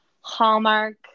Hallmark